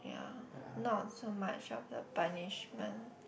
ya not so much of the punishment